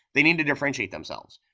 they need to differentiate themselves.